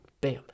bam